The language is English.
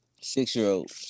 six-year-old